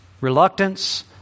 reluctance